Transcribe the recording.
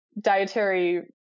dietary